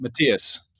Matthias